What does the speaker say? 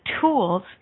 tools